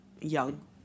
young